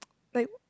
like